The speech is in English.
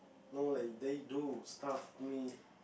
no like they do stuff to me